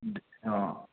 औ